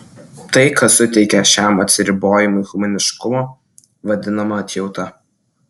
tai kas suteikia šiam atsiribojimui humaniškumo vadinama atjauta